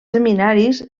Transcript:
seminaris